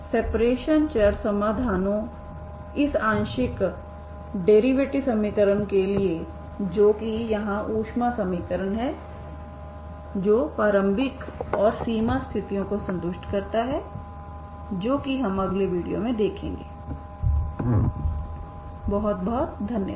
separation चर समाधानों इस आंशिक डेरिवेटिव समीकरण के लिए जो कि यहां ऊष्मा समीकरण है जो प्रारंभिक और सीमा स्थितियों को संतुष्ट करता है जो कि हम अगले वीडियो में देखेंगे बहुत बहुत धन्यवाद